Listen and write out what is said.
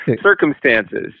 circumstances